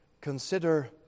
consider